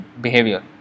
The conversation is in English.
behavior